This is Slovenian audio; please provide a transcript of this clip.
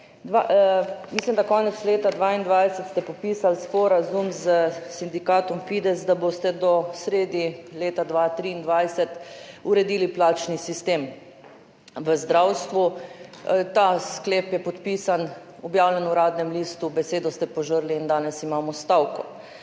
Mislim, da ste konec leta 2022 podpisali sporazum s sindikatom Fides, da boste do sredi leta 2023 uredili plačni sistem v zdravstvu. Ta sklep je podpisan, objavljen v Uradnem listu. Besedo ste požrli in danes imamo stavko.